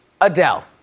Adele